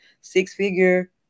six-figure